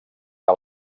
que